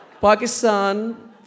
Pakistan